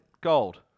Gold